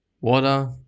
water